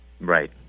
Right